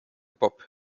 bob